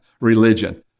religion